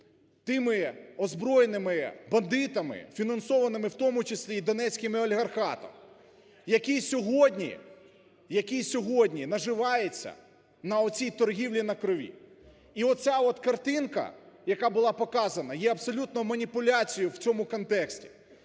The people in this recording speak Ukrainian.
тими озброєними бандитами, фінансованими в тому числі і донецьким олігарахтом, який сьогодні, який сьогодні наживається на оцій торгівлі на крові. І оця от картинка, яка була показана, є абсолютно маніпуляцією в цьому контексті.